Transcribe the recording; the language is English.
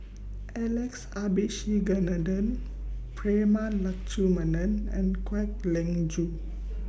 Alex Abisheganaden Prema Letchumanan and Kwek Leng Joo